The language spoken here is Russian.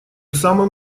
самым